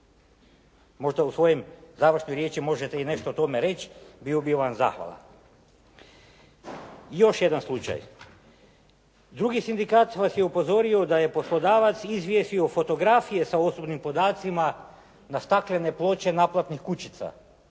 Možda u svojoj završnoj riječi možete i nešto o tome i reći, bio bih vam zahvalan. Još jedan slučaj. drugi sindikat vas je upozorio da je poslodavac izvjesio fotografije sa osobnim podacima na staklene ploče naplatnih kućica,